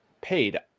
paid